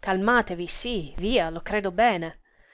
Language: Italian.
calmatevi sí via lo credo bene